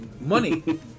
Money